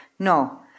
No